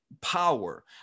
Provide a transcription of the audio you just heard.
power